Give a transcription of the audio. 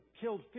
killed